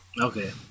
Okay